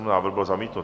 Návrh byl zamítnut.